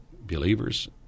believers